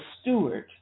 steward